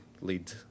lead